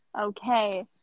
Okay